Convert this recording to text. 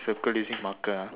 circle using marker ah